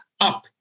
up